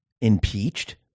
impeached